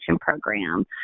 Program